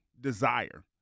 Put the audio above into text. desire